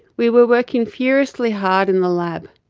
we were working furiously hard in the lab,